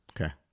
Okay